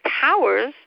powers